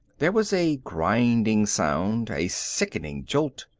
there was a grinding sound, a sickening jolt.